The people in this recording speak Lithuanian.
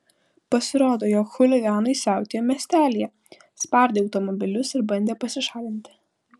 pasirodo jog chuliganai siautėjo miestelyje spardė automobilius ir bandė pasišalinti